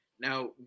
Now